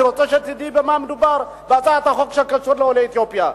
אני רוצה שתדעי במה מדובר בהצעת החוק שקשורה לעולי אתיופיה.